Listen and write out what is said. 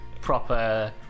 proper